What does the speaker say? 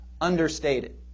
understated